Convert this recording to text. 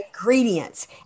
ingredients